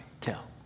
tell